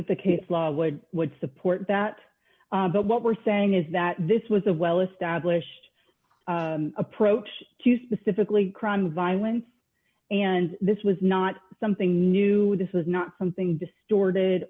that the case law would would support that but what we're saying is that this was a well established approach to specifically crime violence and this was not something new this was not something distorted